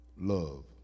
love